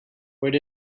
where